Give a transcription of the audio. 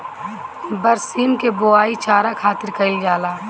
बरसीम के बोआई चारा खातिर कईल जाला